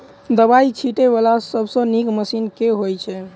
दवाई छीटै वला सबसँ नीक मशीन केँ होइ छै?